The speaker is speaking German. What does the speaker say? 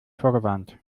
vorgewarnt